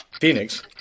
Phoenix